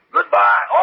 Goodbye